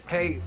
Hey